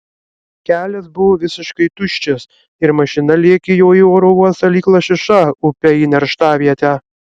kelias buvo visiškai tuščias ir mašina lėkė juo į oro uostą lyg lašiša upe į nerštavietę